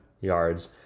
yards